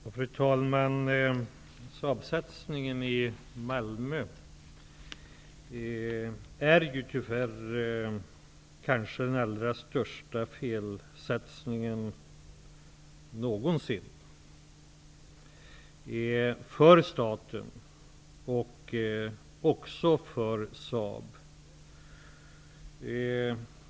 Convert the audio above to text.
Fru talman! Saabsatsningen i Malmö är tyvärr kanske den allra största felsatsningen någonsin för staten och också för Saab.